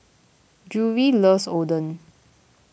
Drury loves Oden